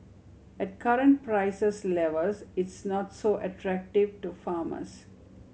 at current prices levels it's not so attractive to farmers